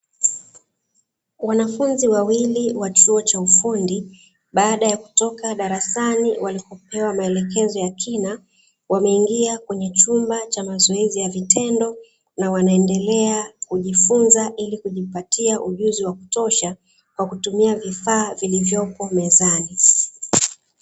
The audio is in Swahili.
Wanafunzi wawili wa chuo cha ufundi baada ya kutoka darasani walipopewa maelekezo ya kina, wameingia kwenye chumba cha mazoezi ya vitendo na wanaendelea kujifunza ili kujipatia ujuzi wa kutosha kwa kutumia vifaa vilivyopo mezani.